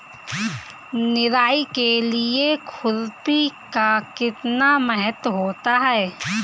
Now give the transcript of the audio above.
निराई के लिए खुरपी का कितना महत्व होता है?